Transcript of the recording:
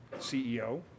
CEO